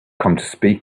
continue